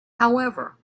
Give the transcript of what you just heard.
however